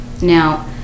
Now